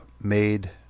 made